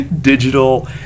digital